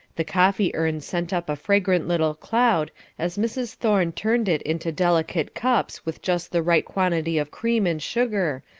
the coffee-urn sent up a fragrant little cloud as mrs. thorne turned it into delicate cups with just the right quantity of cream and sugar,